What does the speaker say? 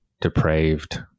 depraved